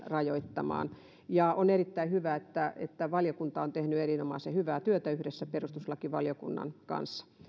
rajoittamaan ja on erittäin hyvä että että valiokunta on tehnyt erinomaisen hyvää työtä yhdessä perustuslakivaliokunnan kanssa